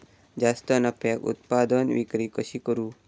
जास्त नफ्याक उत्पादन विक्री कशी करू?